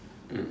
mm